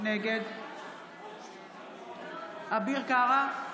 נגד אביר קארה,